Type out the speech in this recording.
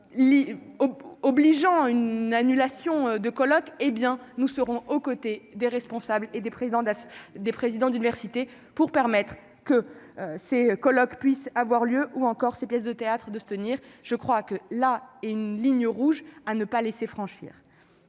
obligeant une annulation de colloques, hé bien nous serons aux côtés des responsables et des présidents d'des présidents d'université pour permettre que ces colloques, puisse avoir lieu, ou encore ses pièces de théâtre et de se tenir, je crois que là est une ligne rouge à ne pas laisser franchir.